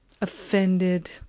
offended